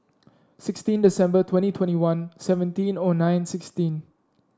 sixteen December twenty twenty one seventeen O nine sixteen